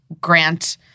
grant